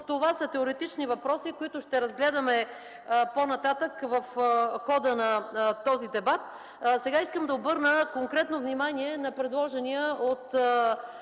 Това са теоретични въпроси, които ще разгледаме по-нататък в хода на този дебат. Сега искам да обърна конкретно внимание на предложения от